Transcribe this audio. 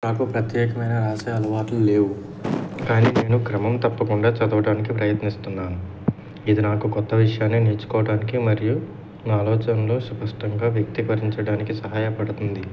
నాకు ప్రత్యేకమైన రాసే అలవాట్లు లేవు కానీ నేను క్రమం తప్పకుండా చదవడానికి ప్రయత్నిస్తున్నాను ఇది నాకు కొత్త విషయాన్ని నేర్చుకోవటానికి మరియు నా ఆలోచనలు స్పష్టంగా వ్యక్తికరించడానికి సహాయపడుతుంది